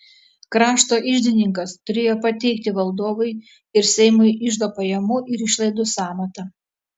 krašto iždininkas turėjo pateikti valdovui ir seimui iždo pajamų ir išlaidų sąmatą